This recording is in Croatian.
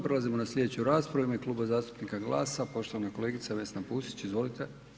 Prelazimo na slijedeću raspravu, u ime Kluba zastupnika GLAS-a poštovana kolegica Vesna Pusić, izvolite.